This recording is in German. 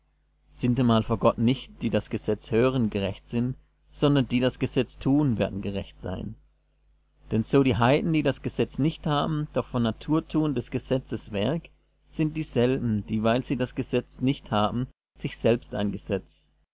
sintemal vor gott nicht die das gesetz hören gerecht sind sondern die das gesetz tun werden gerecht sein denn so die heiden die das gesetz nicht haben doch von natur tun des gesetzes werk sind dieselben dieweil sie das gesetz nicht haben sich selbst ein gesetz